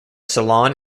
salon